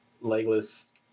legless